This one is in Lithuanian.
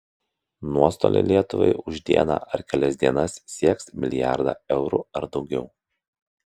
nuostoliai lietuvai už dieną ar kelias dienas sieks milijardą eurų ar daugiau